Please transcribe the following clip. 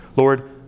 Lord